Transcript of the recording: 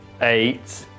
eight